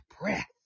breath